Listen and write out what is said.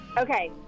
Okay